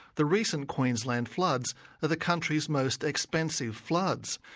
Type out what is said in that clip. the recent queensland floods are the country's most expensive floods.